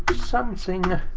something!